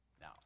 Now